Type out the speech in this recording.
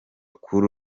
kuri